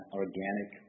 organic